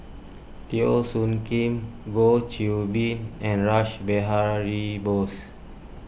Teo Soon Kim Goh Qiu Bin and Rash Behari Bose